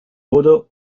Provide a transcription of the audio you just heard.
wurde